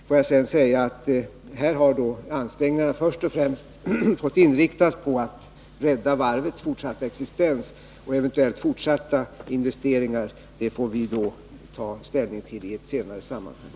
Våra ansträngningar har först och främst fått inriktas på att rädda varvets fortsatta existens. Eventuellt fortsatta investeringar får vi ta ställning till i ett senare sammanhang.